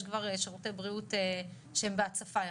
כבר שירותי בריאות שהם בהצפה יחסית,